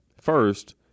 First